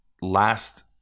last